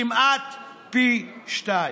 כמעט פי שניים.